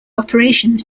operations